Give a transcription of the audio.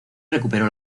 recuperó